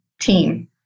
team